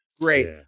great